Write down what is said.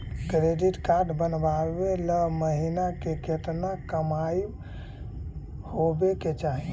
Credit card बनबाबे ल महीना के केतना कमाइ होबे के चाही?